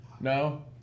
No